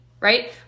Right